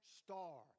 star